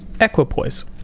equipoise